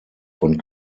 von